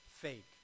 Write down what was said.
fake